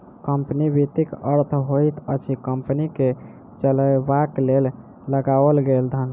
company वित्तक अर्थ होइत अछि कम्पनी के चलयबाक लेल लगाओल गेल धन